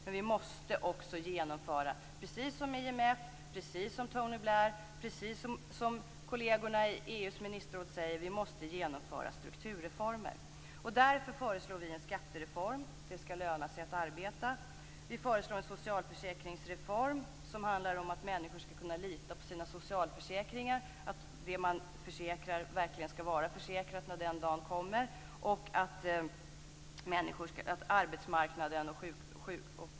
Men vi måste också, precis som IMF, Tony Blair och kollegerna i EU:s ministerråd säger, genomföra strukturreformer. Därför föreslår vi en skattereform. Det skall löna sig att arbeta. Vi föreslår en socialförsäkringsreform som handlar om att människor skall kunna lita på sina socialförsäkringar, att det som man försäkrar verkligen skall vara försäkrat när den dagen kommer.